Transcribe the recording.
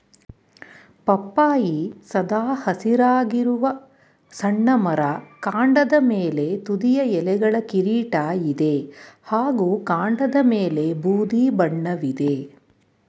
ಪಪ್ಪಾಯಿ ಸದಾ ಹಸಿರಾಗಿರುವ ಸಣ್ಣ ಮರ ಕಾಂಡದ ಮೇಲೆ ತುದಿಯ ಎಲೆಗಳ ಕಿರೀಟ ಇದೆ ಹಾಗೂ ಕಾಂಡದಮೇಲೆ ಬೂದಿ ಬಣ್ಣವಿದೆ